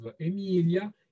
Emilia